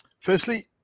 firstly